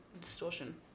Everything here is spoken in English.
distortion